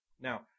Now